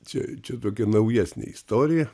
čia čia tokia naujesnė istorija